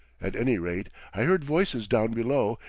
at any rate, i heard voices down below,